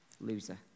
loser